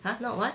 !huh! not what